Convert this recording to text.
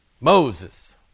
Moses